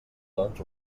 doncs